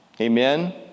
Amen